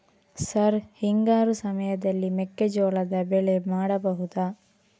Sir ಹಿಂಗಾರು ಸಮಯದಲ್ಲಿ ಮೆಕ್ಕೆಜೋಳದ ಬೆಳೆ ಮಾಡಬಹುದಾ?